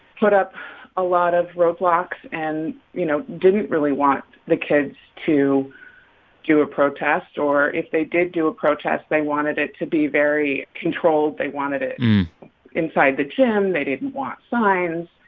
put up a lot of roadblocks and, you know, didn't really want the kids to do a protest, or if they did do a protest, they wanted it to be very controlled. they wanted it inside the gym. they didn't want signs.